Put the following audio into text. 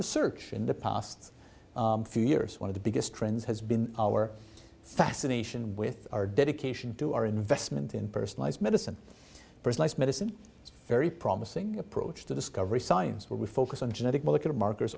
research in the past few years one of the biggest trends has been our fascination with our dedication to our investment in personalized medicine personalized medicine very promising approach to discovery science where we focus on genetic m